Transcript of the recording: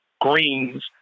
greens